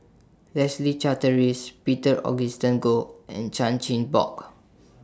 Leslie Charteris Peter Augustine Goh and Chan Chin Bock